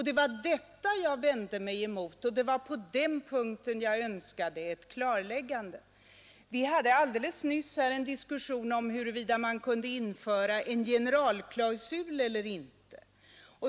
Det var detta jag vände mig emot, och det var på den punkten jag önskade ett klarläggande. Vi hade alldeles nyss här en diskussion om huruvida man kunde ir som asocial och en generalklausul eller inte.